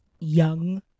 young